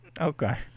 Okay